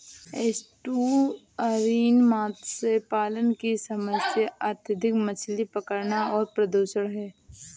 estuarine मत्स्य पालन की समस्या अत्यधिक मछली पकड़ना और प्रदूषण है